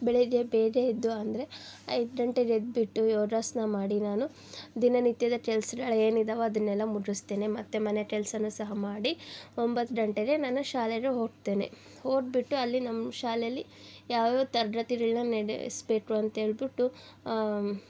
ಬೆಳಗ್ಗೆ ಬೇಗ ಎದ್ದು ಅಂದರೆ ಐದು ಗಂಟೆಗೆ ಎದ್ದುಬಿಟ್ಟು ಯೋಗಾಸ್ನ ಮಾಡಿ ನಾನು ದಿನನಿತ್ಯದ ಕೆಲ್ಸಗಳು ಏನಿದಾವೆ ಅದನ್ನೆಲ್ಲ ಮುಗಿಸ್ತೇನೆ ಮತ್ತು ಮನೆ ಕೆಲಸನ ಸಹ ಮಾಡಿ ಒಂಬತ್ತು ಗಂಟೆಗೆ ನಾನು ಶಾಲೆಗೆ ಹೋಗ್ತೇನೆ ಹೋಗ್ಬಿಟ್ಟು ಅಲ್ಲಿ ನಮ್ಮ ಶಾಲೆಯಲ್ಲಿ ಯಾವ ಯಾವ ತರಗತಿಗಳ್ನ ನಡೆಸ್ಬೇಕು ಅಂತೇಳ್ಬಿಟ್ಟು